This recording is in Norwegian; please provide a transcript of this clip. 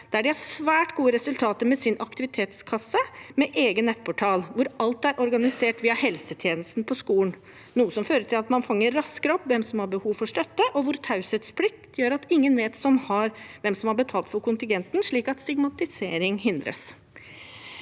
der de har svært gode resultater med sin aktivitetskasse med egen nettportal, hvor alt er organisert via helsetjenesten på skolen, noe som fører til at man fanger raskere opp de som har behov for støtte, og hvor taushetsplikt gjør at ingen vet hvem som har betalt for kontingenten, slik at stigmatisering hindres.